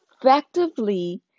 effectively